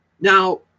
Now